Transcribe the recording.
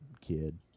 kid